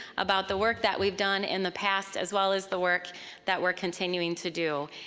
about the work that we've done in the past, as well as the work that we're continuing to do.